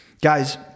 Guys